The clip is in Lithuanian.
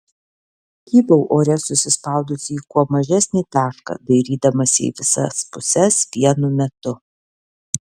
kybau ore susispaudusi į kuo mažesnį tašką dairydamasi į visas puses vienu metu